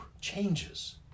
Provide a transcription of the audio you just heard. changes